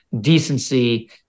decency